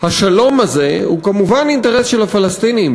השלום הזה הוא כמובן אינטרס של הפלסטינים,